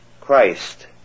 Christ